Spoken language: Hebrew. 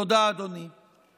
תודה, אדוני.